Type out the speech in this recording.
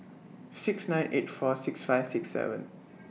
six nine eight four six five six seven